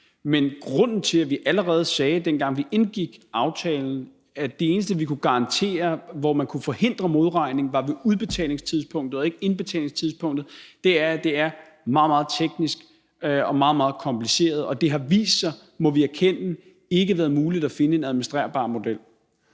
dengang vi indgik aftalen, sagde, at det eneste sted, hvor vi kunne garantere, at man kunne forhindre en modregning, var ved udbetalingstidspunktet og ikke ved indbetalingstidspunktet, var, at det er meget, meget teknisk og meget, meget kompliceret. Og det har vist sig – det må vi erkende – at det ikke har været muligt at finde en administrerbar model.